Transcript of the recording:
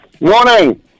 Morning